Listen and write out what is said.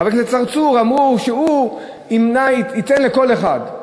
חבר הכנסת צרצור, ימנע, ייתן לכל אחד.